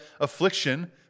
affliction